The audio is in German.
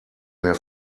mehr